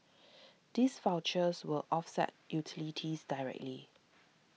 these vouchers will offset utilities directly